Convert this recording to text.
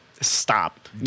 Stop